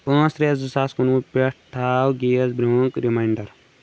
پانٛژھ ترٛےٚ زٕساس کُنوُہ پٮ۪ٹھ تھاو گیس برنُک ریمنانڑر